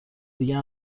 دیگه